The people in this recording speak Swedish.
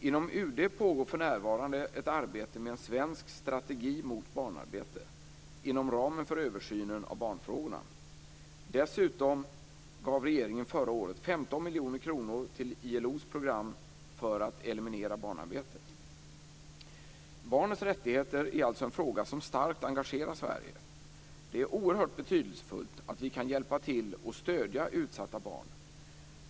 Inom UD pågår för närvarande ett arbete med en svensk strategi mot barnarbete inom ramen för översynen av barnfrågorna. Dessutom gav regeringen förra året 15 miljoner kronor till ILO:s program för att eliminera barnarbete. Barnens rättigheter är alltså en fråga som starkt engagerar Sverige. Det är oerhört betydelsefullt att vi kan hjälpa till att stödja utsatta barn.